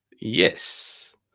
Yes